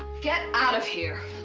get out of here!